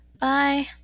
Bye